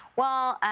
well,